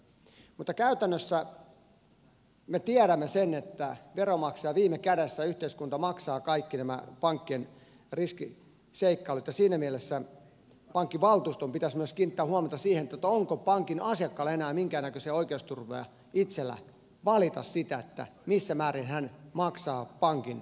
mutta käytännössä me tiedämme sen että veronmaksaja viime kädessä yhteiskunta maksaa kaikki nämä pankkien riskiseikkailut ja siinä mielessä pankkivaltuuston pitäisi myös kiinnittää huomiota siihen onko pankin asiakkaalla enää minkäännäköistä oikeusturvaa itsellään valita sitä missä määrin hän maksaa pankin riskit